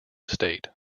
state